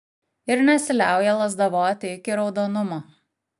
ir nesiliauja lazdavoti iki raudonumo